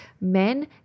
men